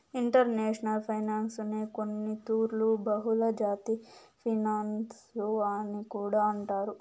international ఫైనాన్సునే కొన్నితూర్లు బహుళజాతి ఫినన్సు అని కూడా అంటారు